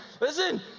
Listen